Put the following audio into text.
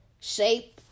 shape